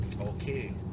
Okay